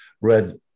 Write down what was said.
read